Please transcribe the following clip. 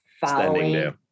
following